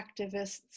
activists